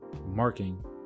marking